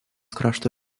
krašto